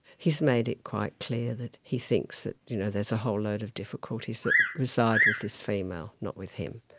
he's made it quite clear that he thinks that you know there's a whole load of difficulties that reside with this female, not with him.